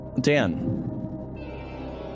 Dan